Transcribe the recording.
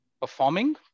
performing